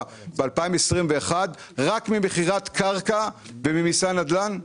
ב-2021 רק ממכירת קרקע וממיסי הנדל"ן?